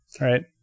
Right